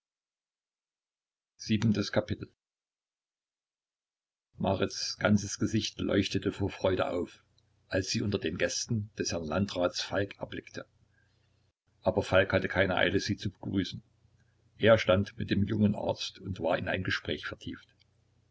marits ganzes gesicht leuchtete vor freude auf als sie unter den gästen des herrn landrats falk erblickte aber falk hatte keine eile sie zu begrüßen er stand mit dem jungen arzt und war in ein gespräch vertieft